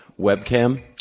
webcam